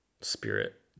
spirit